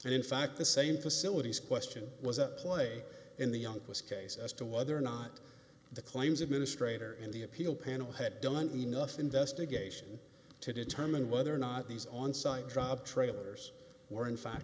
and in fact the same facilities question was a play in the uncle's case as to whether or not the claims administrator in the appeal panel had done enough investigation to determine whether or not these on site drop trailers were in fact